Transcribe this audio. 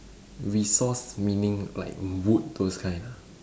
resource meaning like wood those kind ah